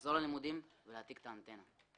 לחזור ללימודים ולהעתיק את מקום האנטנה.